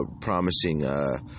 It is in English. promising